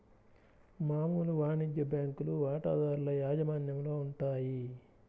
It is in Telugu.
మామూలు వాణిజ్య బ్యాంకులు వాటాదారుల యాజమాన్యంలో ఉంటాయి